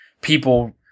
people